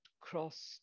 cross